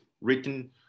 Written